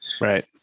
Right